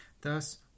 thus